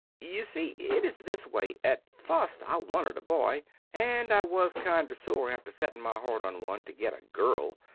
you see it is this way, at fust i wanted a boy and i was kinder sore after setting my heart on one to get a girl,